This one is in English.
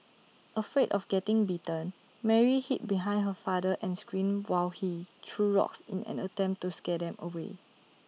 afraid of getting bitten Mary hid behind her father and screamed while he threw rocks in an attempt to scare them away